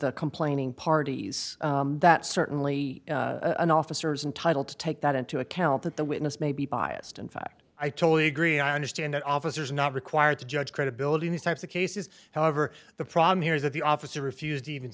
the complaining parties that certainly an officer is entitle to take that into account that the witness may be biased in fact i totally agree i understand that officers are not required to judge credibility in these types of cases however the problem here is that the officer refused to even